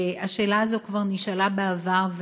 השאלה הזאת כבר נשאלה בעבר,